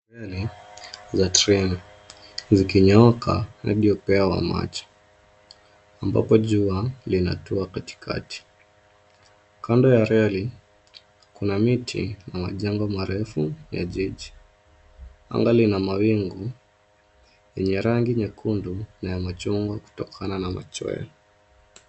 Reli la treni ,zikinyooka hadi upeo wa macho ambapo jua linatua katikati. Kando ya reli kuna miti na majengo marefu ya jiji. Anga lina mawingu yenye rangi nyekundu na ya machungwa kutokana na machweo.